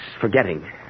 forgetting